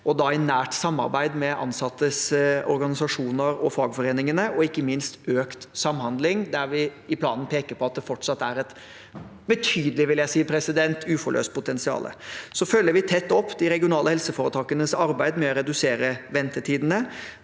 i nært samarbeid med ansattes organisasjoner og fagforeningene – og ikke minst økt samhandling, der vi i planen peker på at det fortsatt er et betydelig – vil jeg si – uforløst potensial Så følger vi tett opp de regionale helseforetakenes arbeid med å redusere ventetidene.